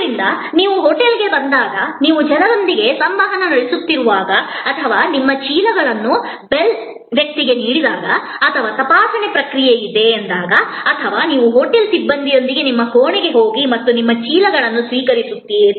ಆದ್ದರಿಂದ ನೀವು ಹೋಟೆಲ್ಗೆ ಬಂದಾಗ ನೀವು ಜನರೊಂದಿಗೆ ಸಂವಹನ ನಡೆಸುತ್ತಿರುವಾಗ ಅಥವಾ ನಿಮ್ಮ ಚೀಲಗಳನ್ನು ಬೆಲ್ ವ್ಯಕ್ತಿಗೆ ನೀಡಿದಾಗ ಅಥವಾ ತಪಾಸಣೆ ಪ್ರಕ್ರಿಯೆ ಇದೆ ಅಥವಾ ನೀವು ಹೋಟೆಲ್ ಸಿಬ್ಬಂದಿಯೊಂದಿಗೆ ನಿಮ್ಮ ಕೋಣೆಗೆ ಹೋಗಿ ಮತ್ತು ನಿಮ್ಮ ಚೀಲಗಳನ್ನು ಸ್ವೀಕರಿಸುತ್ತೀರಿ